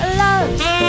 love